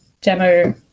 demo